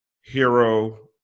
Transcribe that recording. Hero